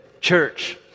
church